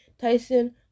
Tyson